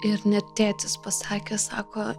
ir net tėtis pasakė sako